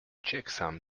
checksum